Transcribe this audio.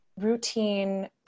routine